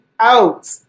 out